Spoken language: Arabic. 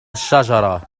الشجرة